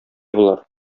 болар